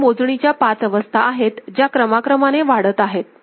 तर ह्या मोजणीच्या पाच अवस्था आहेत ज्या क्रमाक्रमाने वाढत आहेत